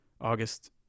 August